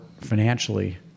financially